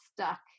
stuck